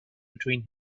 between